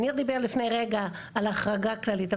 ניר דיבר לפני רגע על החרגה כללית,